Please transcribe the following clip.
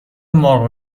مرغ